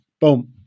boom